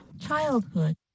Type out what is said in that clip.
Childhood